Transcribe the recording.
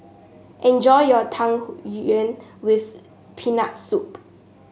enjoy your Tang Yuen with Peanut Soup